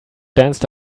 danced